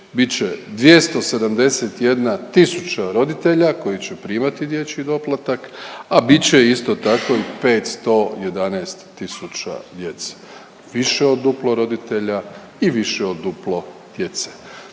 Bit će 271 tisuća roditelja koji će primati dječji doplatak, a bit će isto tako i 511 tisuća djece. Više od duplo roditelja i više od duplo djece.